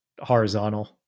horizontal